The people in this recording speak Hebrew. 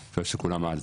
ואני חושב שכולם על זה.